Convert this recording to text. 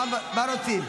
מה רוצים?